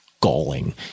galling